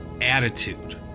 attitude